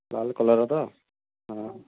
ଲାଲ୍ କଲର୍ର ତ ହଁ